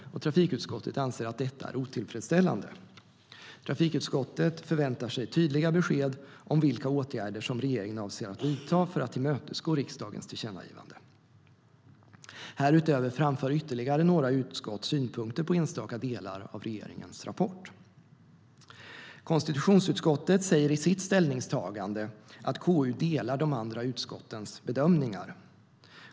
Trafikutskottet anser att detta är otillfredsställande. Trafikutskottet förväntar sig tydliga besked om vilka åtgärder som regeringen avser att vidta för att tillmötesgå riksdagens tillkännagivande. Härutöver framför ytterligare några utskott synpunkter på enstaka delar av regeringens rapport. Konstitutionsutskottet säger i sitt ställningstagande att KU delar de andra utskottens bedömningar.